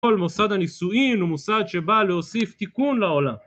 ‫כל מוסד הנישואין הוא מוסד ‫שבא להוסיף תיקון לעולם.